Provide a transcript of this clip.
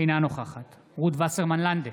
אינה נוכחת רות וסרמן לנדה,